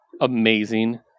amazing